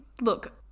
look –